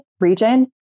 region